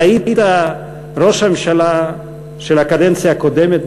ראית את ראש הממשלה של הקדנציה הקודמת,